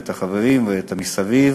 ואת החברים ואת המסביב,